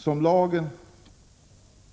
Som lagen